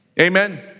Amen